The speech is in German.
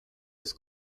ist